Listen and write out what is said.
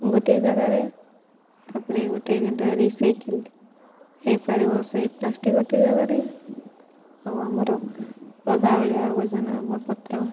ଗୋଟିଏ ଜାଗାରେ ତାପରେ ଗୋଟିଏ ଯେନ୍ଟା ରିସାଇକଲ୍ ହୋଇପାରିବ ସେଇ ପ୍ଲାଷ୍ଟିକ୍ ଗୋଟିଏ ଜାଗାରେ ଆଉ ଆମର ଓଦା ଅଳିଆ ଆବର୍ଜନା ଆବ ପତ୍ର